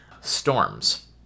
Storms